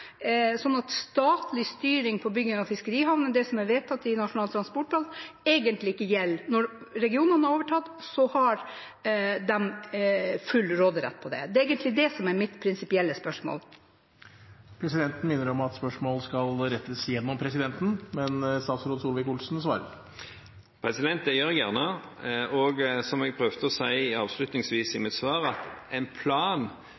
statlig styring med bygging av fiskerihavner og det som er vedtatt i Nasjonal transportplan, gjelder egentlig ikke? Når regionene har overtatt, har de full råderett. Det er egentlig det som er mitt prinsipielle spørsmål. Presidenten minner om at spørsmål skal gå gjennom presidenten. Men statsråd Solvik-Olsen svarer. Det gjør jeg gjerne. Som jeg prøvde å si avslutningsvis i mitt svar, er en plan